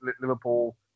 Liverpool